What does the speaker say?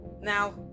Now